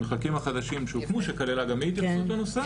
המלקים החדשים שהוקמו שכללה גם התייחסות לנושא